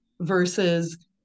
versus